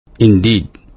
Indeed